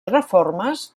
reformes